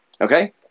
Okay